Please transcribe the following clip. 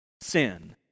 sin